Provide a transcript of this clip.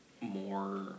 more